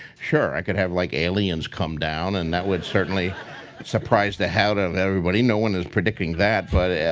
sure. i could have like, aliens come down and that would certainly surprise the hell out of everybody. no one is predicting that, but